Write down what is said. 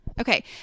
okay